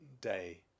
day